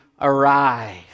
arrive